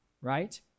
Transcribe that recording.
Right